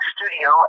Studio